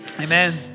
Amen